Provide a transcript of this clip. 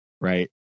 right